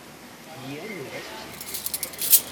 jie nėra susižadėję